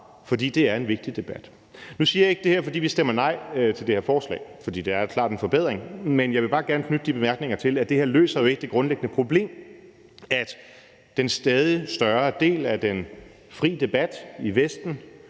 for det er en vigtig debat. Nu siger jeg ikke det her, fordi vi stemmer nej til det her forslag, for det er klart en forbedring, men jeg vil bare gerne knytte et par bemærkninger til, at det her jo ikke løser det grundlæggende problem, at en stadig større del af den fri debat i Vesten